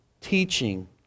teaching